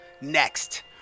Next